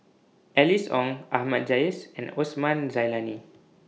Alice Ong Ahmad Jais and Osman Zailani